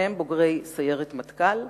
שניהם בוגרי סיירת מטכ"ל,